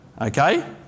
okay